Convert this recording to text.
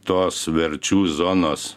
tos verčių zonos